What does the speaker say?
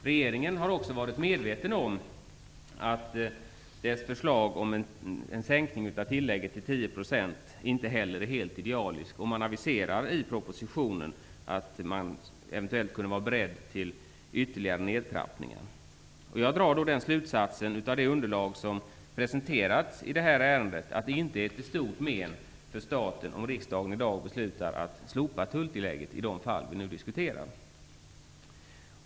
Regeringen är också medveten om att dess förslag om en sänkning av tillägget till 10 % inte heller är helt idealiskt. Man aviserar i propositionen att man eventuellt kunde ha varit beredd till ytterligare nedtrappningar. Jag drar den slutsatsen av det underlag som presenterats i detta ärende, att det inte är till stort men för staten om riksdagen i dag beslutar att slopa tulltillägget i de fall vi nu diskuterar.